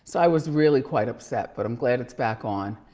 so i was really quite upset, but i'm glad it's back on.